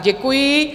Děkuji.